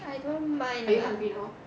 I don't mind lah